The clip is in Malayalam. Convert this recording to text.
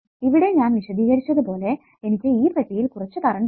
ഇവിടെ ഞാൻ വിശദീകരിച്ചതുപോലെ എനിക്ക് ഈ പെട്ടിയിൽ കുറച്ച കറണ്ട് ഉണ്ട്